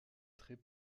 très